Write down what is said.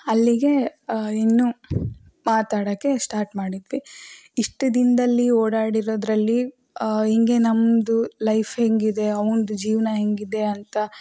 ಅಲ್ಲಿಗೆ ಇನ್ನೂ ಮಾತಾಡಕ್ಕೆ ಸ್ಟಾರ್ಟ್ ಮಾಡಿದ್ವಿ ಇಷ್ಟು ದಿನದಲ್ಲಿ ಓಡಾಡಿರೋದ್ರಲ್ಲಿ ಹಿಂಗೆ ನಮ್ಮದು ಲೈಫ್ ಹೇಗಿದೆ ಅವನದು ಜೀವನ ಹೇಗಿದೆ ಅಂತ